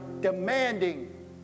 demanding